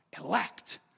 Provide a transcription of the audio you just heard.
elect